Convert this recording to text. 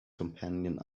companion